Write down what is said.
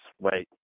Wait